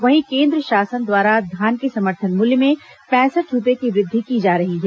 वहीं केन्द्र शासन द्वारा धान के समर्थन मूल्य में पैंसठ रूपए की वृद्धि की जा रही है